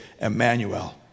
Emmanuel